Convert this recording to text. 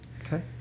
Okay